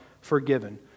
forgiven